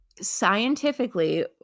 Scientifically